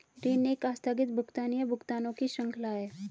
ऋण एक आस्थगित भुगतान, या भुगतानों की श्रृंखला है